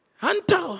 hunter